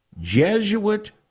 Jesuit